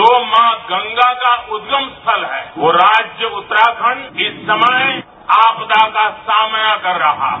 जो मां गंगा का उदगम स्थल है वो राज्य उत्तरांखड इस समय आपदा का सामना कर रहा है